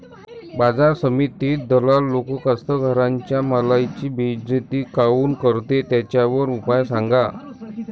बाजार समितीत दलाल लोक कास्ताकाराच्या मालाची बेइज्जती काऊन करते? त्याच्यावर उपाव सांगा